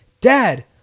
Dad